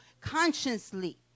consciously